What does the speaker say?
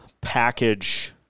package